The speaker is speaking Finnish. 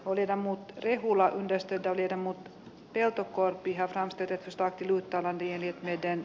olipa muut rehulla esteitä virmo peltokorpi harrastetetusta kiduttavan mielipiteen